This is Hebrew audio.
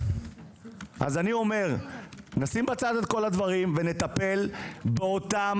בואו נשים בצד את כל הדברים ונטפל באותם